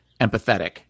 empathetic